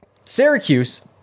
Syracuse